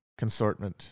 consortment